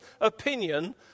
opinion